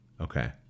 Okay